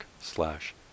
slash